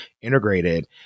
integrated